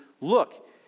look